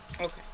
Okay